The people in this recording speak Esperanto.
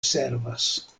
servas